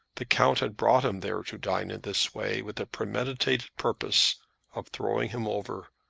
the count had brought him there to dine in this way with a premeditated purpose of throwing him over,